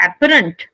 apparent